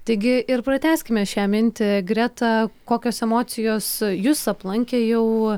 taigi ir pratęskime šią mintį greta kokios emocijos jus aplankė jau